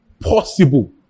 possible